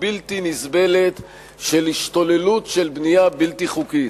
בלתי נסבלת של השתוללות של בנייה בלתי חוקית,